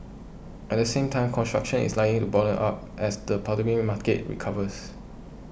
at the same time construction is lying to bottom up as the market recovers